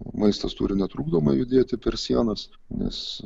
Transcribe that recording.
maistas turi netrukdomai judėti per sienas nes